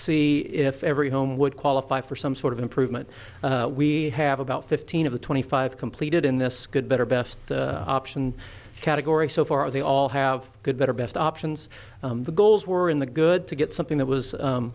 see if every home would qualify for some sort of improvement we have about fifteen of the twenty five completed in this good better best option category so far they all have good better best options the goals were in the good to get something that was